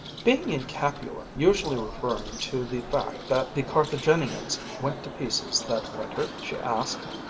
being in capua usually referring to the fact that the carthaginians went to pieces that winter? she asked.